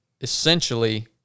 essentially